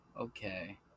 Okay